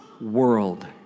world